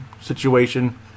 situation